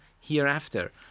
hereafter